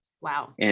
Wow